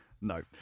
No